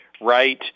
right